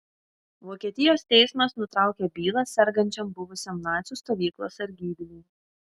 vokietijos teismas nutraukė bylą sergančiam buvusiam nacių stovyklos sargybiniui